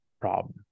Problem